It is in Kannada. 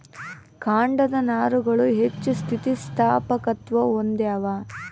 ಕಾಂಡದ ನಾರುಗಳು ಹೆಚ್ಚು ಸ್ಥಿತಿಸ್ಥಾಪಕತ್ವ ಹೊಂದ್ಯಾವ